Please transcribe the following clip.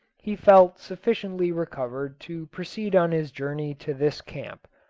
he felt sufficiently recovered to proceed on his journey to this camp.